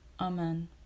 Amen